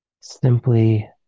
simply